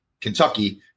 Kentucky